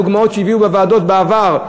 דוגמאות שהביאו בוועדות בעבר,